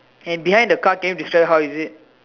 and behind the car can you describe how is it